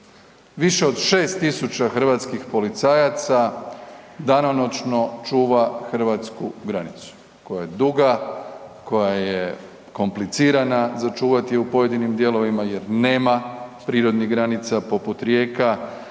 Više od 6 tisuća hrvatskih policajaca danonoćno čuva hrvatsku granicu, koja je duga, koja je komplicirana za čuvati je u pojedinim dijelovima jer nema prirodnih granica poput rijeka